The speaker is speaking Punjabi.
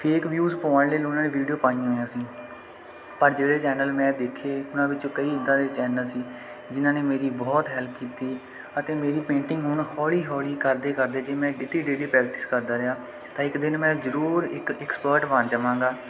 ਫੇਕ ਵਿਊਜ ਪਾਉਣ ਲਈ ਉਹਨਾਂ ਨੇ ਵੀਡੀਓ ਪਾਈਆਂ ਹੋਈਆਂ ਸੀ ਪਰ ਜਿਹੜੇ ਚੈਨਲ ਮੈਂ ਦੇਖੇ ਉਹਨਾਂ ਵਿੱਚੋਂ ਕਈ ਐਦਾਂ ਦੇ ਚੈਨਲ ਸੀ ਜਿਨ੍ਹਾਂ ਨੇ ਮੇਰੀ ਬਹੁਤ ਹੈਲਪ ਕੀਤੀ ਅਤੇ ਮੇਰੀ ਪੇਂਟਿੰਗ ਹੁਣ ਹੌਲੀ ਹੌਲੀ ਕਰਦੇ ਕਰਦੇ ਜੇ ਮੈਂ ਡੇਕੀ ਡੇਲੀ ਪ੍ਰੈਕਟਿਸ ਕਰਦਾ ਰਿਹਾ ਤਾਂ ਇੱਕ ਦਿਨ ਮੈਂ ਜ਼ਰੂਰ ਇੱਕ ਐਕਸਪਰਟ ਬਣ ਜਾਵਾਂਗਾ